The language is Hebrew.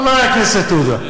חבר הכנסת עודה,